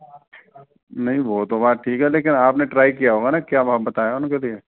नहीं वो तो बात ठीक है लेकिन आपने ट्राई किया होगा न क्या भाव बताया उनके लिए